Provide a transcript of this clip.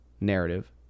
narrative